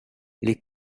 les